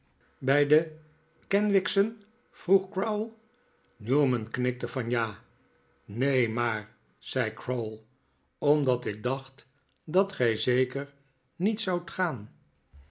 bij de kenwigs'en vroeg crowl newman knikte van ja neen maar zei crowl omdat ik dacht nikolaas nickleby dat gij zeker niet zoudt gaan